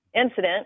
Incident